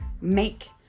make